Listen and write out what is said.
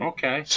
Okay